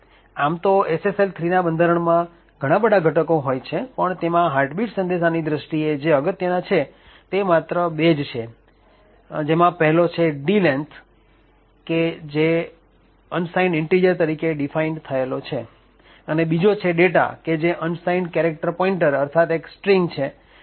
આમ તો SSL 3ના બંધારણમાં ઘણા બધા ઘટકો હોય છે પણ તેમાં હાર્ટ બીટ સંદેશાની દૃષ્ટિએ જે અગત્યના છે તે માત્ર બે જ છે જેમાં પહેલો છે d length કે જે unsinged int તરીકે ડીફાઈન થયો છે અને બીજો છે data કે જે unsigned character pointer અર્થાત એક સ્ટ્રીંગ સ્ટ્રીંગ છે